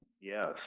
yes